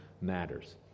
matters